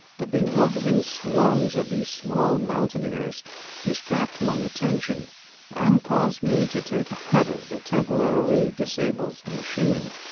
the bewildering swarms of these small mountaineers distract my attention and cause me to take a header that temporarily disables the machine.